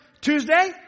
Tuesday